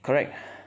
correct